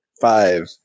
Five